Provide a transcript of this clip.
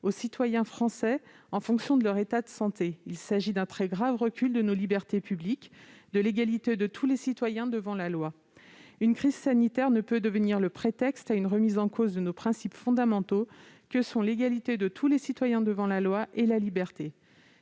aux citoyens français selon leur état de santé. Il s'agit d'un très grave recul de nos libertés publiques et de l'égalité de tous les citoyens devant la loi. Une crise sanitaire ne peut devenir le prétexte à une remise en cause de nos principes fondamentaux, tels que l'égalité de tous les citoyens devant la loi et la liberté.